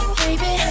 baby